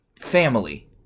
family